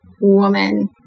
woman